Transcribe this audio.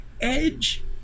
edge